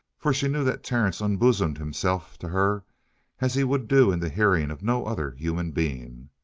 for she knew that terence unbosomed himself to her as he would do in the hearing of no other human being.